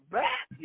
back